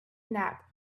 nap